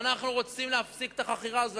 ואנחנו רוצים להפסיק את החכירה הזאת.